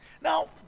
Now